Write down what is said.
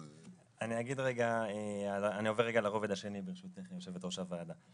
אני עובר לרובד השני, ברשותך, יושבת-ראש הוועדה.